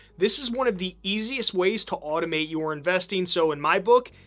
this is one of the easiest ways to automate your investing. so, in my book,